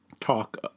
talk